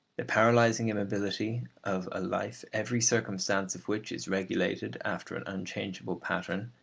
the paralysing immobility of a life every circumstance of which is regulated after an unchangeable pattern,